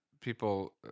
people